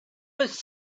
was